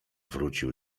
wrócił